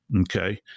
okay